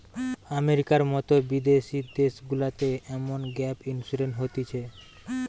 আমেরিকার মতো বিদেশি দেশগুলাতে এমন গ্যাপ ইন্সুরেন্স হতিছে